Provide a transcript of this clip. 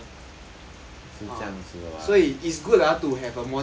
uh 所以 is good ah to have a monitor